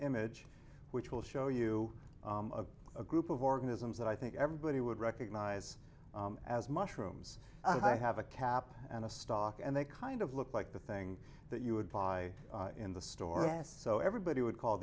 image which will show you a group of organisms that i think everybody would recognize as mushrooms i have a cap and a stock and they kind of look like the thing that you would buy in the store as so everybody would call